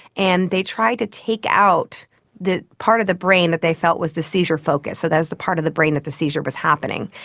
and they tried to take out the part of the brain that they felt was the seizure focus, so that was the part of the brain that the seizure was happening.